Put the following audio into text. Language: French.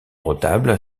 retable